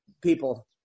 people